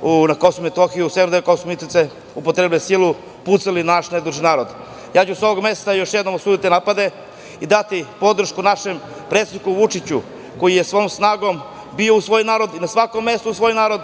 u severnom delu Kosovske Mitrovice upotrebili silu, pucali na naš nedužni narod. Ja ću sa ovog mesta još jednom osuditi napade i dati podršku našem predsedniku Vučiću, koji je svom snagom bio uz svoj narod i na svakom mestu uz svoj narod,